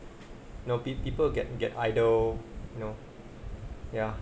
you know pe~ people get get idle you know ya